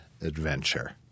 Adventure